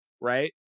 right